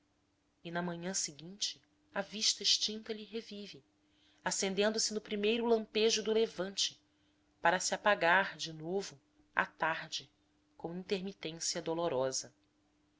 e na manhã seguinte a vista extinta lhe revive acendendo se no primeiro lampejo do levante para se apagar de novo à tarde com intermitência dolorosa